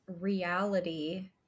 reality